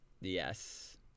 Yes